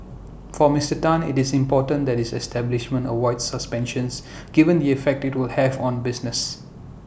for Mister Tan IT is important that his establishment avoids suspensions given the effect IT will have on business